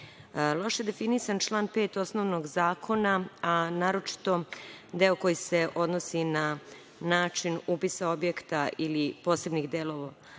je definisan član 5. osnovnog zakona, a naročito deo koji se odnosi na način upisa objekta ili posebnih delova